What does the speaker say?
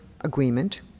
agreement